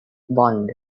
bond